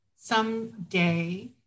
someday